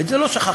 את זה לא שכחתי.